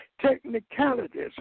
technicalities